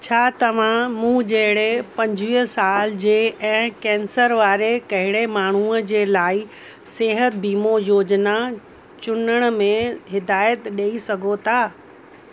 छा तव्हां मूं जहिड़े पंजिवीह साल जे ऐं कैंसर वारे कहिड़े माण्हूअ जे लाइ सेहत वीमो योजना चूंडण में हिदायत ॾेई सघो था